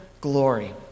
glory